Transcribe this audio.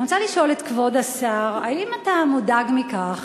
אני רוצה לשאול את כבוד השר: האם אתה מודאג מכך